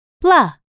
blah